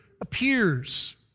appears